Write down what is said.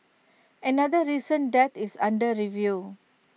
another recent death is under review